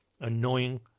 annoying